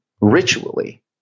ritually